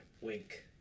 wink